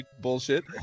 bullshit